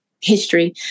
history